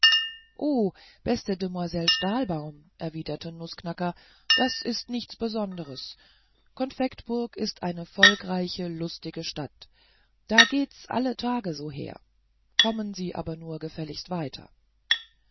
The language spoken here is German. o beste demoiselle stahlbaum erwiderte nußknacker das ist nichts besonderes konfektburg ist eine volkreiche lustige stadt da geht's alle tage so her kommen sie aber nur gefälligst weiter